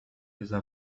إذا